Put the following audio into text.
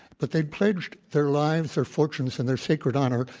but they pledged their lives, their fortunes, and their sacred honor,